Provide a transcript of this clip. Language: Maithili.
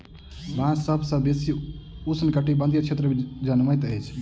बांस सभ सॅ बेसी उष्ण कटिबंधीय क्षेत्र में जनमैत अछि